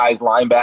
linebackers